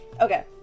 Okay